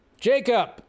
Jacob